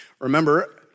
Remember